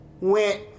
went